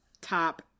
top